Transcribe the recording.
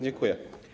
Dziękuję.